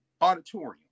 auditorium